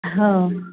हा